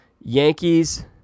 Yankees